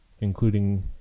including